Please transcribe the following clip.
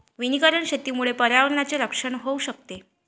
वनीकरण शेतीमुळे पर्यावरणाचे रक्षण होऊ शकते